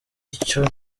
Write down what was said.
icyo